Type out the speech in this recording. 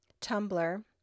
Tumblr